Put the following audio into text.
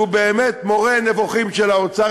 שהוא באמת מורה נבוכים של האוצר,